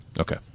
Okay